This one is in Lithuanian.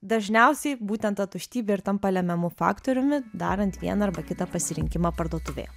dažniausiai būtent ta tuštybė ir tampa lemiamu faktoriumi darant vieną arba kitą pasirinkimą parduotuvėje